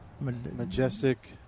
majestic